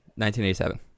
1987